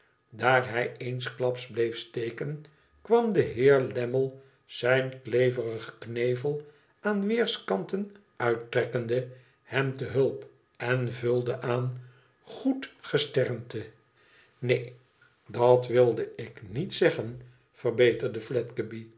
daar hij eensklaps bleef steken kwam de heer lammie zijn kleverigen knevel aan weerskanten uittrekkende hem te hulp en vulde aan goed gesternte neen dat wilde ik niet zeggen verbeterde